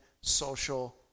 social